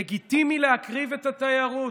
לגיטימי להקריב את התיירות.